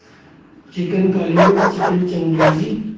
chicken کالی مرچ chicken changezi